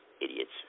idiots